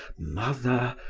mother,